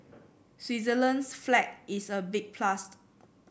Switzerland's flag is a big plus